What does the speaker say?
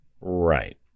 Right